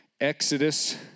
Exodus